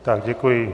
Tak děkuji.